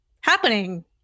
happening